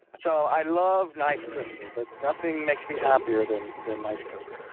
so i love nice crystals. ah nothing makes me happier than than nice crystals.